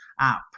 app